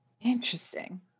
Interesting